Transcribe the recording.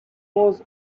was